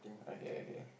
okay okay